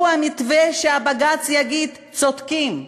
הוא המתווה שבג"ץ יגיד: צודקים,